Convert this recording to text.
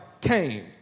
came